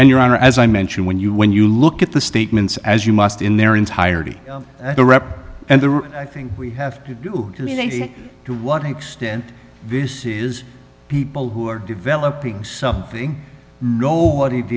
and your honor as i mention when you when you look at the statements as you must in their entirety the reps and the i think we have to do to what extent this is people who are developing something know what it